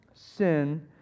Sin